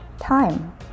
time